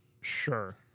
Sure